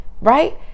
right